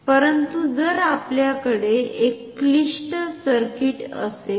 परंतु जर आपल्याकडे एक क्लिष्ट सर्किट असेल